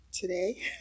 today